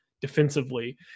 defensively